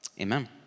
Amen